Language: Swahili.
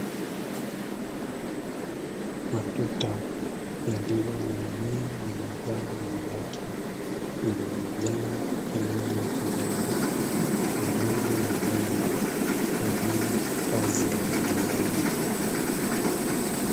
Matuta yaliyo na mimea ya mazao juu yake yenye majani ya rangi ya kijani pamoja na mabomba kwa ajili ya kazi ya umwagiliaji.